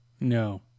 No